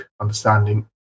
understanding